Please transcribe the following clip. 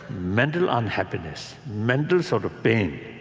mental unhappiness, mental sort of pain,